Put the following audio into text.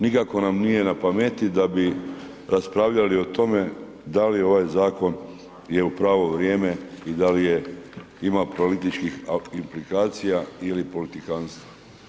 Nikako nam nije na pameti da bi raspravljali o tome da li ovaj zakon je u pravo vrijeme i da li ima političkim implikacija ili politikantstva.